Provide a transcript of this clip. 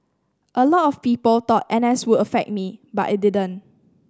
a lot of people thought N S would affect me but it didn't